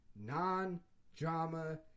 non-drama